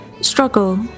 struggle